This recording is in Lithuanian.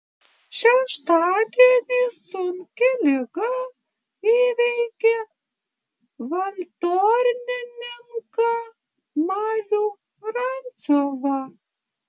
šeštadienį sunki liga įveikė valtornininką marių rancovą